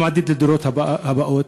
גם הדורות הבאים.